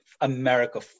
America